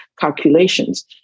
calculations